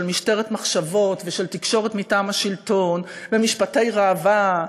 של משטרת מחשבות ושל תקשורת מטעם השלטון ומשפטי ראווה.